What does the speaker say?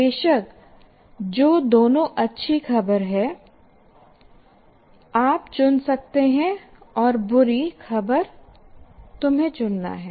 बेशक जो दोनों अच्छी खबर है आप चुन सकते हैं और बुरी खबर तुम्हे चुनना है